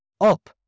up